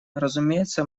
разумеется